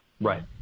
Right